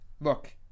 look